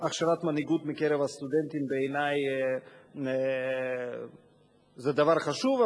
הכשרת מנהיגות מקרב הסטודנטים, בעיני זה דבר חשוב.